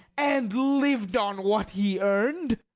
and lived on what he earned.